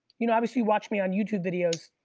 you know, obviously watch me on youtube videos,